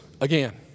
again